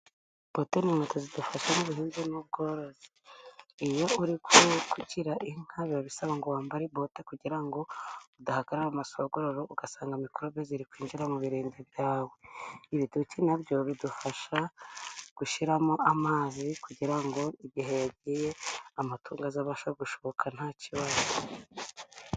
Bote n'ikweto zidafasha mu buhinzi n'ubworozi, iyo uri gukukira inka biba bisaba ngo wambare bote kugira ngo udahagarara mu masogorore ugasanga mikorobe ziri kwinjira mu birenge byawe. Ibiduki nabyo bidufasha gushiramo amazi kugira ngo igihe yagiye amatungo azabasha gushoka nta kibazo.